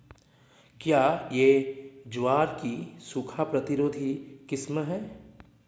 क्या यह ज्वार की सूखा प्रतिरोधी किस्म है?